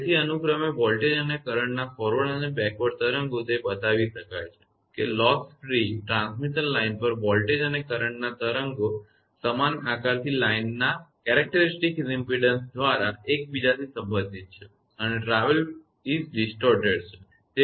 તેથી અનુક્રમે વોલ્ટેજ અને કરંટના ફોરવર્ડ અને બેકવર્ડ તરંગો તે બતાવી શકાય છે કે લોસ ફ્રી નુકસાન મુક્ત ટ્રાન્સમિશન લાઇન પર વોલ્ટેજ અને કરંટ ના તરંગો સમાન આકારથી લાઇનના લાક્ષણિક ઇમપેડન્સ દ્વારા એક બીજાથી સંબંધિત છે અને ટાવેલ વિકૃત છે